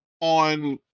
on